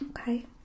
Okay